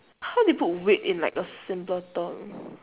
how do you put wit in like a simple term